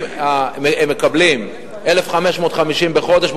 אם הם מקבלים 1,550 בחודש,